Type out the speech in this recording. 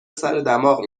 سردماغ